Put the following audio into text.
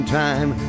time